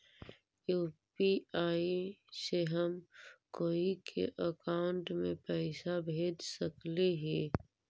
UPI से हम कोई के अकाउंट में पैसा भेज सकली ही?